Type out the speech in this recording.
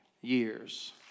years